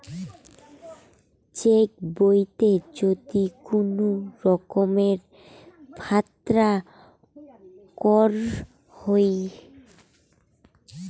check বইতে যদি কুনো রকমের ফাত্রা কর হই